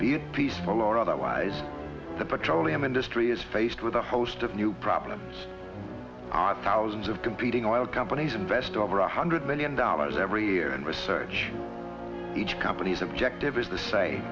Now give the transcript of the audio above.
it peaceful or otherwise the petroleum industry is faced with a host of new problems are thousands of competing oil companies invest over a hundred million dollars every year in research each company's objective is the sa